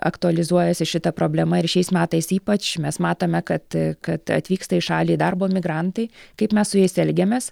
aktualizuojasi šita problema ir šiais metais ypač mes matome kad kad atvyksta į šalį darbo migrantai kaip mes su jais elgiamės